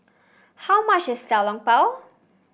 how much is Xiao Long Bao